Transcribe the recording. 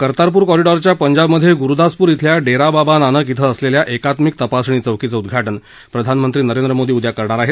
कर्तारपूर कॉरिडॉरच्या पंजाबमधे गुरुदासपूर शिल्या डेरा बाबा नानक शिं असलेल्या एकात्मिक तपासणी चौकीचं उद्घाटन प्रधानमंत्री नरेंद्र मोदी उद्या करणार आहेत